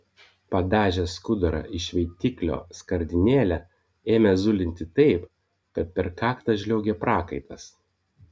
padažęs skudurą į šveitiklio skardinėlę ėmė zulinti taip kad per kaktą žliaugė prakaitas